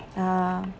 uh